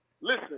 listen